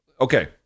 okay